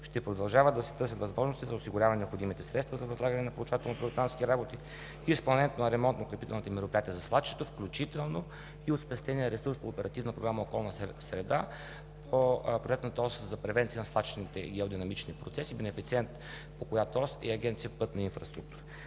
Ще продължават да се търсят възможности за осигуряване на необходимите средства за възлагане на проучвателно-проектантски работи и изпълнението на ремонтно-укрепителните мероприятия за свлачища, включително и от спестения ресурс по Оперативна програма „Околна среда“ по проектната ос за превенция на свлачищните и аеродинамични процеси, бенефициент по която ос е Агенция „Пътна инфраструктура“.